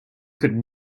could